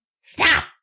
Stop